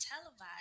televised